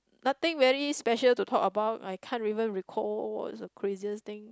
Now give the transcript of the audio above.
nothing very special to talk about I can't even recall what was the craziest thing